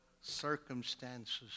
circumstances